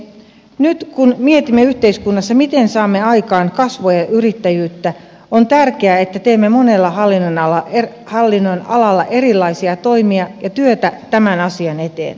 nyt kun mietimme yhteiskunnassa miten saamme aikaan kasvua ja yrittäjyyttä on tärkeää että teemme monella hallinnonalalla erilaisia toimia ja työtä tämän asian eteen